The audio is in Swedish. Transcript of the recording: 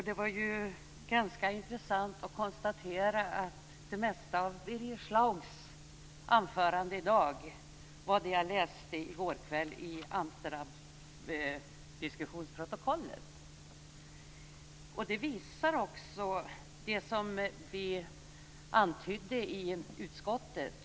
Det var ganska intressant att konstatera att jag läste det mesta av dagens anförande från Birger Schlaug i Amsterdamdiskussionsprotokollet i går kväll. Det visar också det som vi antydde i utskottet.